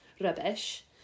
rubbish